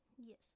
Yes